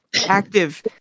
active